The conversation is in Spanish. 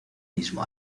mismo